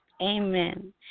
Amen